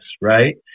right